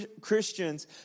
Christians